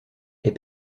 est